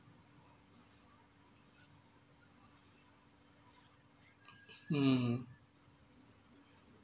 mm